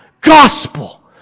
gospel